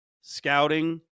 scouting